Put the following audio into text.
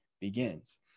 begins